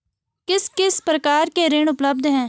किस किस प्रकार के ऋण उपलब्ध हैं?